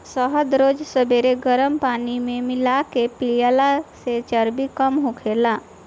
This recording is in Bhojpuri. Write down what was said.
शहद रोज सबेरे गरम पानी में मिला के पियला से चर्बी कम होखेला